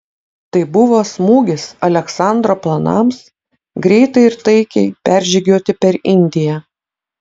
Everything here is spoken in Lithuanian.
tai buvo smūgis aleksandro planams greitai ir taikiai peržygiuoti per indiją